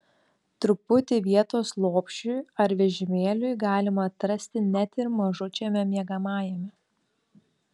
truputį vietos lopšiui ar vežimėliui galima atrasti net ir mažučiame miegamajame